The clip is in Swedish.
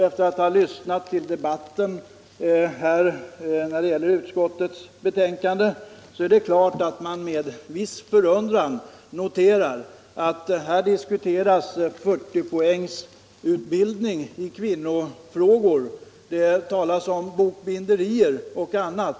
Efter att ha lyssnat till debatten om utskottets betänkande noterar jag med viss förundran att man här diskuterar 40-poängsutbildning i kvinnofrågor, bokbinderier och annat.